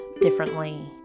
differently